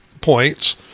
points